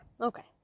Okay